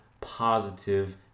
Positive